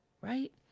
Right